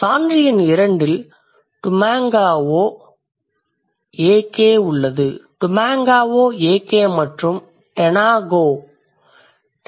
சான்று எண் 2 இல் tumengao ak உள்ளது tumengao ak மற்றும் tengao